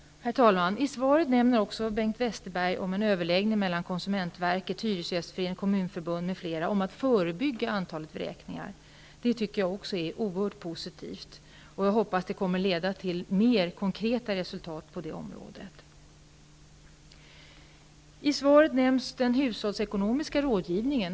Herr talman! I svaret nämner Bengt Westerberg en överläggning mellan konsumentverket, Hyresgästföreningen, Kommunförbundet m.fl. om att förebygga vräkningar. Jag tycker att det är oerhört positivt. Jag hoppas att denna överläggning kommer att leda till mer konkreta resultat på detta område. I svaret omnämns vidare den hushållsekonomiska rådgivningen.